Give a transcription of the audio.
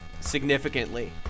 significantly